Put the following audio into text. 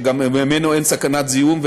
שגם ממנו אין סכנת זיהום,